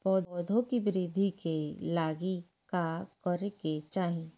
पौधों की वृद्धि के लागी का करे के चाहीं?